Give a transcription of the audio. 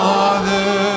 Father